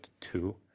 two